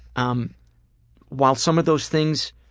um while some of those things